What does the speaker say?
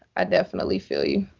i definitely feel you.